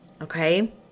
Okay